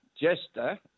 jester